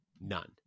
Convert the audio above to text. none